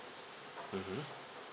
mmhmm